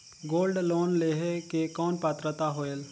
Gold loan लेहे के कौन पात्रता होएल?